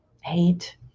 hate